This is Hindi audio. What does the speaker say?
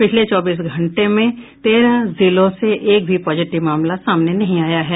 पिछले चौबीस घंटों में तेरह जिलों से एक भी पॉजिटिव मामला सामने नहीं आये हैं